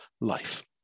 life